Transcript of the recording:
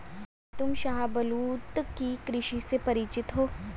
क्या तुम शाहबलूत की कृषि से परिचित हो?